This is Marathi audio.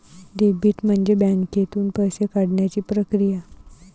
डेबिट म्हणजे बँकेतून पैसे काढण्याची प्रक्रिया